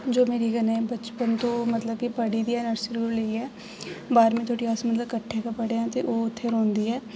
जो मेरे कन्नै बचपन तू मतलब की पढ़ी दी ऐ नर्सरी तू लेइयाै बारमीं धोड़ी अस मतलब कट्ठे गै पढ़े आं ते ओह् उ'त्थें रौह्ंदी ऐ